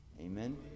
Amen